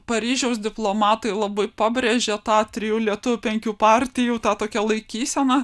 paryžiaus diplomatai labai pabrėžė tą trijų lietuvių penkių partijų tą tokią laikyseną